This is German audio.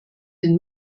den